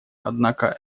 однако